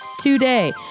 today